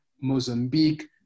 Mozambique